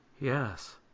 Yes